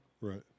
Right